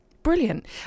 brilliant